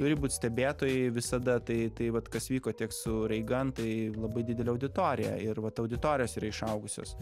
turi būt stebėtojai visada tai tai vat kas vyko tiek su reigan tai labai didelė auditorija ir vat auditorijos yra išaugusios